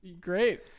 Great